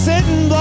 Sitting